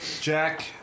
Jack